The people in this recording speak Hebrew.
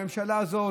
הממשלה הזאת,